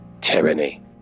tyranny